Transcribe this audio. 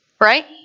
Right